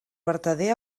vertader